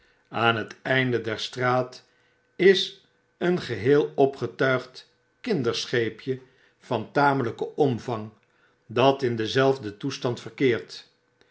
aan het einde der straat is een geheel opgetuigd kinderscheepje van tamelyken omvang dat in denzelfden toestand verkeert